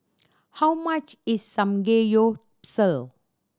how much is Samgeyopsal